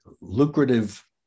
lucrative